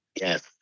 Yes